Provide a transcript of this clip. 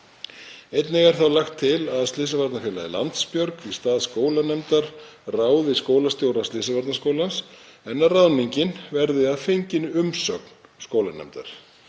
Einnig er lagt til að Slysavarnafélagið Landsbjörg í stað skólanefndar ráði skólastjóra Slysavarnaskólans en að ráðningin verði að fenginni umsögn skólanefndar.